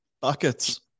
Buckets